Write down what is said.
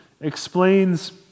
explains